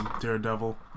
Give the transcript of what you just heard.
Daredevil